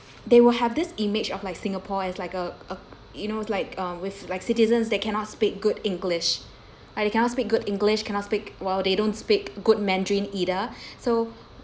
they will have this image of like singapore is like a a you know it's like um with like citizens that cannot speak good english like they cannot speak good english cannot speak while they don't speak good mandarin either so